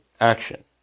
Action